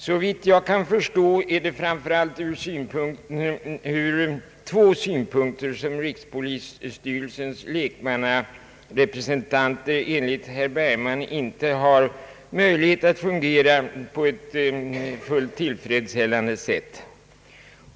Såvitt jag kan förstå är det framför allt ur två synpunkter som rikspolisstyrelsens lekmannarepresentanter enligt herr Bergman inte har möjlighet att fungera på ett fullt tillfredsställande sätt.